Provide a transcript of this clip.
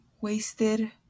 wasted